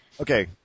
Okay